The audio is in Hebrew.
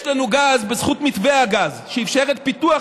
יש לנו גז בזכות מתווה הגז שאפשר את פיתוח